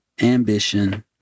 ambition